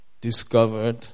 discovered